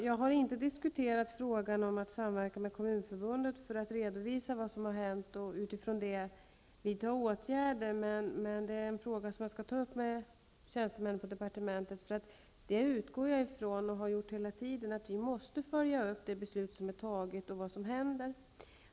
Jag har inte diskuterat frågan om att samverka med Kommunförbundet för att redovisa vad som har hänt och utifrån detta vidta åtgärder, men det är en fråga som jag skall ta upp med tjänstemän på departementet. Jag utgår ifrån, och det har jag gjort hela tiden, att vi måste följa upp det beslut som fattades och vad som händer.